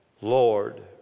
Lord